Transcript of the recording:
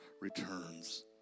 returns